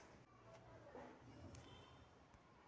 मेथीसाठी कोणती खते वापरावी?